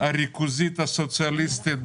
הריכוזית הסוציאליסטית